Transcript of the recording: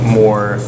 more